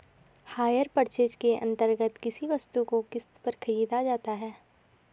higher purchase के अंतर्गत किसी वस्तु को किस्त पर खरीदा जाता है